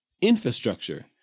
infrastructure